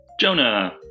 Jonah